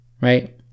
right